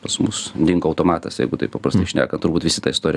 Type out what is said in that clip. pas mus dingo automatas jeigu taip paprastai šnekant turbūt visi tą istoriją